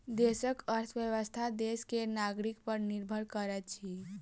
देशक अर्थव्यवस्था देश के नागरिक पर निर्भर करैत अछि